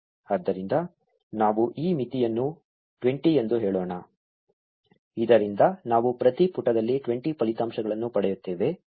ಆದ್ದರಿಂದ ನಾವು ಈ ಮಿತಿಯನ್ನು 20 ಎಂದು ಹೇಳೋಣ ಇದರಿಂದ ನಾವು ಪ್ರತಿ ಪುಟದಲ್ಲಿ 20 ಫಲಿತಾಂಶಗಳನ್ನು ಪಡೆಯುತ್ತೇವೆ